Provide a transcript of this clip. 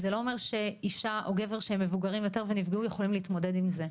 זה לא אומר שאישה או גבר שהם מבוגרים שנפגעו יכולים להתמודד עם זה,